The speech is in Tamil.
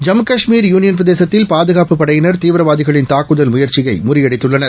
ஜம்மு காஷ்மீர் யூனியன்பிரதேசத்தில் பாதுகாப்பு படையினர் தீவிரவாதிகளின் தாக்குதல் முயற்சியை முறியடித்துள்ளனர்